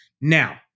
Now